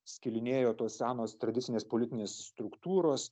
skilinėjo tos senos tradicinės politinės struktūros